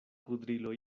kudrilo